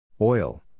Oil